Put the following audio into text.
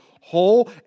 whole